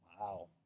Wow